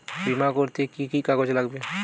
বিমা করতে কি কি কাগজ লাগবে?